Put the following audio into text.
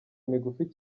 migufi